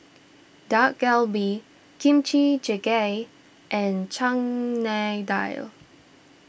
Dak Galbi Kimchi Jjigae and Chana Dal